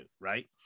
right